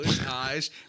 eyes